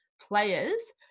players